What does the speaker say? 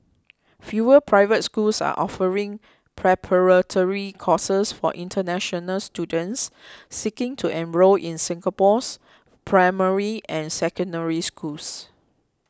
fewer private schools are offering preparatory courses for international students seeking to enrol in Singapore's primary and Secondary Schools